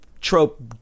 trope